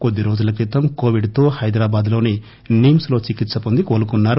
కోద్ది రోజుల క్రితం కోవిడ్తో హైదరాబాద్ లోని నిమ్స్ లో చికిత్స పొంది కోలుకున్నారు